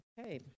Okay